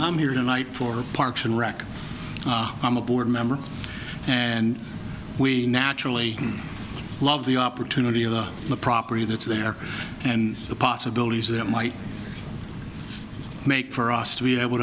i'm here tonight for parks and rec i'm a board member and we naturally love the opportunity of the property that's there and the possibilities that might make for us to be able